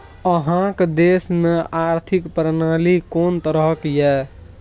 अहाँक देश मे आर्थिक प्रणाली कोन तरहक यै?